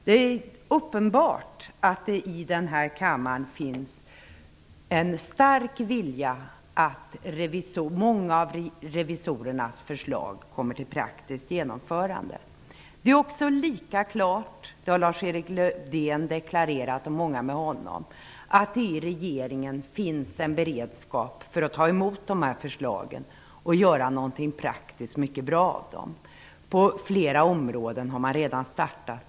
Det är uppenbart att det i denna kammare finns en stark vilja till att många av revisorernas förslag skall komma till praktiskt genomförande. Det är också klart - det har Lars-Erik Lövdén och många med honom deklarerat - att det i regeringen finns en beredskap för att ta emot dessa förslag och göra något praktiskt mycket bra av dem. Man har redan startat på flera områden.